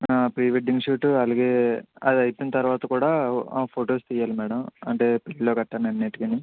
pre wedding shoot అలాగే అది అయిపోయిన తర్వాత కూడా ఫోటోస్ తీయాలి మేడం అంటే పెళ్ళిలో గట్టా అన్నిటికీని